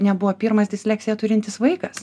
nebuvo pirmas disleksiją turintis vaikas